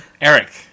Eric